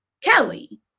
Kelly